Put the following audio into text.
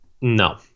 No